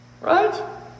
Right